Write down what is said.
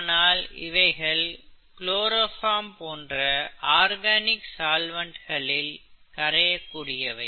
ஆனால் இவைகள் குளோரோஃபார்ம் போன்ற ஆர்கானிக் சால்வன்ட்களில் கரையக்கூடியவை